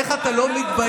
איך אתה לא מתבייש?